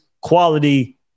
quality